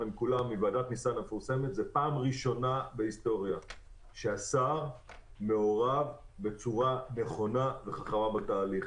זאת הפעם הראשונה בהיסטוריה שהשר מעורב בצורה נכונה וחכמה בתהליך הזה.